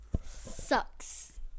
sucks